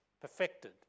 perfected